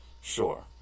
sure